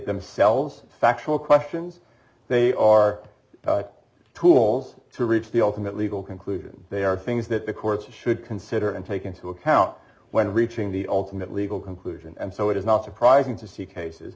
themselves factual questions they are tools to reach the ultimate legal conclusion they are things that the court should consider and take into account when reaching the ultimate legal conclusion and so it is not surprising to see cases